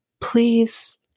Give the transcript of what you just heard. please